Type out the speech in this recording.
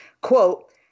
quote